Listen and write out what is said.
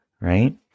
right